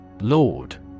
Lord